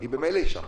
במילא היא שם,